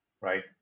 right